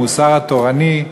המוסר התורני,